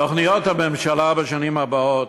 תוכניות הממשלה לשנים הבאות,